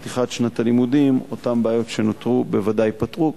פתיחת שנת הלימודים אותן בעיות שנותרו בוודאי ייפתרו,